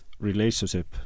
relationship